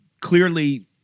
clearly